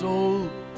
old